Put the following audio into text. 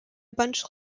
bunch